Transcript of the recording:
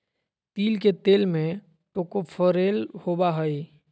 तिल के तेल में टोकोफेरोल होबा हइ